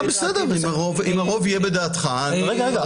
אם הרוב יהיה בדעתך, בסדר.